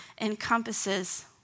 encompasses